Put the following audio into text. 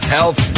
Health